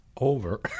over